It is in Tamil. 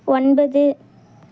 ஒன்பது